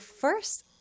first